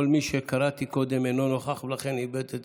כל מי שקראתי קודם אינו נוכח, ולכן איבד את